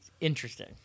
interesting